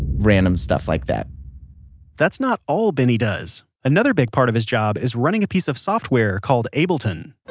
random stuff like that that's not all benny does. another big part of his job is running a piece of software called ableton